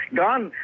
gone